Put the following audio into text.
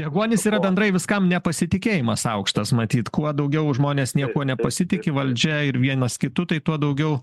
deguonis yra bendrai viskam nepasitikėjimas aukštas matyt kuo daugiau žmonės niekuo nepasitiki valdžia ir vienas kitu tai tuo daugiau